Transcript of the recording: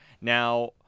Now